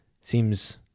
seems